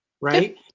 Right